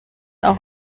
auch